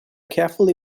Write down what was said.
carefully